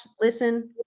listen